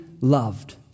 loved